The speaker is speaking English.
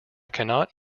cannot